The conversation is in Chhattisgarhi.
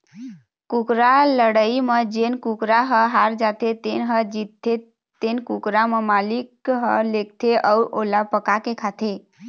कुकरा लड़ई म जेन कुकरा ह हार जाथे तेन ल जीतथे तेन कुकरा के मालिक ह लेगथे अउ ओला पकाके खाथे